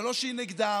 זה לא שהיא נגדם,